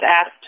asked